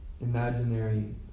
imaginary